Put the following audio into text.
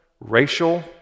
racial